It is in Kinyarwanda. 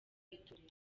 itorero